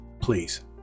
Please